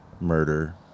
murder